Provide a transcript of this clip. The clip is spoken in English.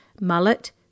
mullet